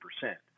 percent